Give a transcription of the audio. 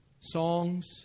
songs